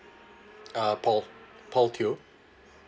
uh paul paul teo